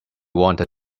wanted